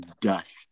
Dust